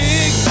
Big